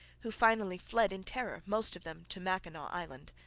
who finally fled in terror, most of them to mackinaw island.